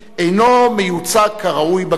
אינו מיוצג כראוי בכנסת.